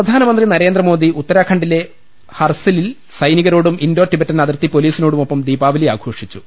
പ്രധാനമന്ത്രി നരേന്ദ്രമോദി ഉത്തരാഖണ്ഡിലെ ഹർസിലിൽ സൈനികരോടും Indo Tibetan അതിർത്തി പൊലീസി നുമൊപ്പം ദീപാവലി ആഘോഷിച്ചു